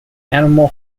animal